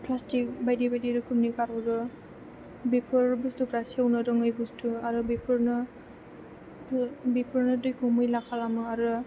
फ्लासथिख बायदि बायदि रोखोमनि गारहरो बिफोर बुसथुफ्रा सेवनो रोङै बुसथु आरो बेफोरनो बिफोरनो दैखौ मैला खालामो आरो